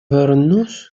вернусь